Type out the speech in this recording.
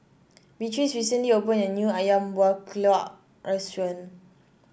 Beatrice recently opened a new ayam Buah Keluak restaurant